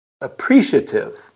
appreciative